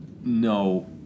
no